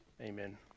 Amen